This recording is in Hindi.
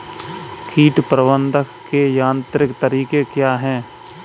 कीट प्रबंधक के यांत्रिक तरीके क्या हैं?